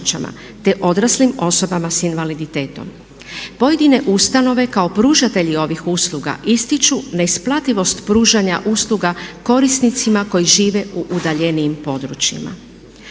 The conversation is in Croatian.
te odraslim osobama sa invaliditetom. Pojedine ustanove kao pružatelji ovih usluga ističu neisplativost pružanja usluga korisnicima koji žive u udaljenijim područjima.